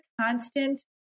constant